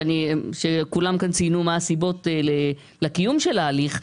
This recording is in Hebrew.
מחטף וכולם כאן ציינו מה הסיבות לקיום ההליך,